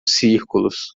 círculos